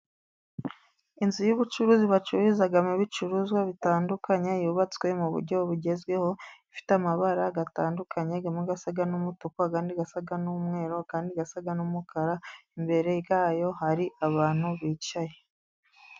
Inzu y'ubucuruzi bacururizamo bicuruzwa bitandukanye, yubatswe mu buryo bugezweho, ifite amabara atandukanye, amwe asa n'umutuku, andi asa n'umweru, andi asa n'umukara, imbere ya yo hari abantu bicaye.